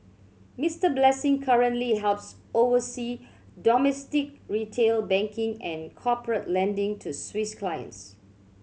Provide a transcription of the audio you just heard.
Mister Blessing currently helps oversee domestic retail banking and corporate lending to Swiss clients